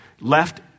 left